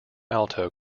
alto